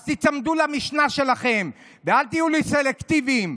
אז תיצמדו למשנה שלכם ואל תהיו לי סלקטיביים.